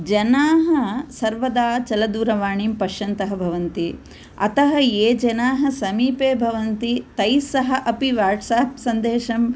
जनाः सर्वदा चलदूरवाणीं पश्यन्तः भवन्ति अतः ये जनाः समीपे भवन्ति तैः सह अपि वाट्साप् सन्देशम्